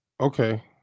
okay